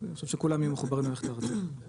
אני חושב שכולם יהיו מחוברים למערכת הארצית.